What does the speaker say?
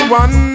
one